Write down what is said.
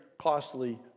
costly